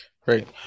Great